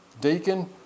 deacon